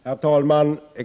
Herr talman!